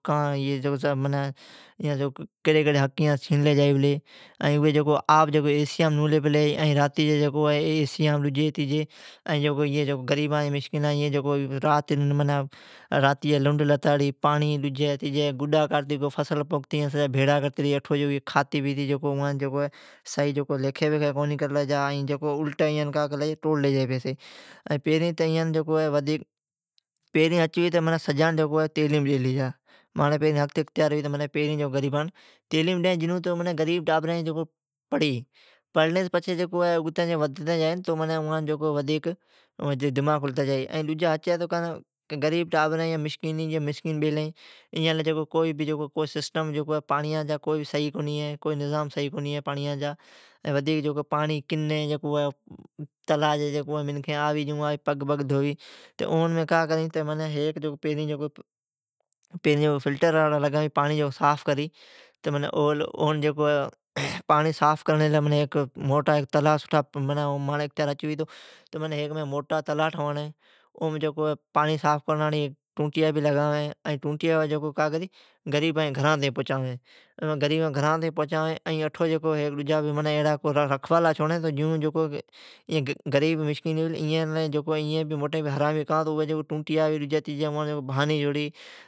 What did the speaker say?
کان ایانس این ایاس کیڑی کیڑی حق چھینلی جائی پلی ۔ اوی آپ ،ایسیامین نولی پلی ھی، ڈجی تیجی این غریب جکو ھی رات جی لیدھ لتاڑی گڈا دجیا تجیا کاڈتی فصل بھیرا کرتی ڈی سجی کھاتی اٹھو اواجی لیکھ بھ سئی کونی کرلی جا ، این کا کری تو الٹے پیسی ٹوڑلی جائی پیرین ھا تو اوا تعلیم ڈیلی جا ماجا ھا اختیار ھی تو اون سٹھی تعکیم ڈی ۔ کو اون جی دماغ ودی تو اوین اگتی ودتی جائی ۔ این غریب مسکین ٹابرین بیلی ھی اوا لی پیڑی لی کو پانڑی ھئی کونی کو سسٹم سئی کونی ھی ، پانڑی جا نظام سئی کونی ھی ۔ پانڑی جکو تلاھ جی کنی ھی کا تو منکھین اوم پگھ ڈجی ڈوئی ۔ می کا کری تو فلٹر ایڑا لگائین جکو ھی پانڑیا صاف کری ۔ مانجا اختیارھی تو ھیک موٹا تلاھ ٹھواڑی این صاف پانڑیا جا ٹوٹیا لگاوین ، این غریبا جی گھرا تاےئین پجاوی این ھیک رکھوالا چھوڑی جکو اوجی دیکھ بھال کری کا تو این غریب اوا ٹونٹیا بھانی چھوڑی چھے ۔